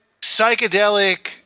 psychedelic